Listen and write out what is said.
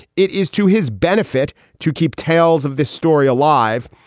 it is to his benefit to keep tales of this story alive,